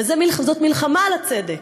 וזאת מלחמה על הצדק,